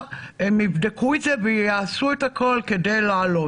הם יבדקו את זה ויעשו את הכול כדי לעלות.